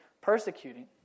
persecuting